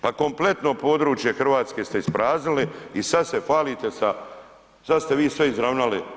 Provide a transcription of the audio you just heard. Pa kompletno područje Hrvatske ste ispraznili i sada se hvalite sa, sada ste vi sve izravnali.